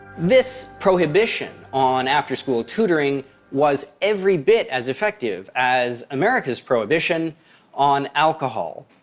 this prohibition on after-school tutoring was every bit as effective as america's prohibition on alcohol.